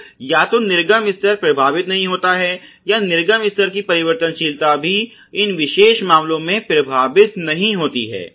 तो या तो निर्गम स्तर प्रभावित नहीं होता है या निर्गम स्तर की परिवर्तनशीलता भी इन विशेष मामलों में प्रभावित नहीं होती है